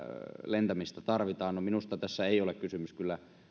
lentämistä tarvitaan no minusta tässä ei ole kysymys kyllä